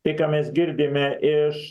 tai ką mes girdime iš